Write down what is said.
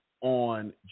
on